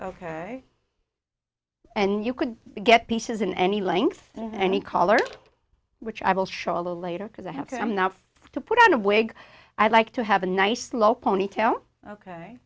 ok and you could get pieces in any length any color which i will show a little later because i have to i'm not to put on a wig i like to have a nice low ponytail ok